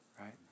right